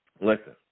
listen